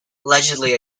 allegedly